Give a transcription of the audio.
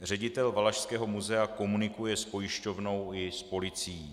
Ředitel Valašského muzea komunikuje s pojišťovnou i s policií.